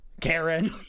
karen